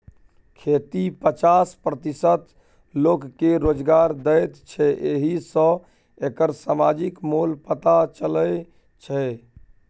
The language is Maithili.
खेती पचास प्रतिशत लोककेँ रोजगार दैत छै एहि सँ एकर समाजिक मोल पता चलै छै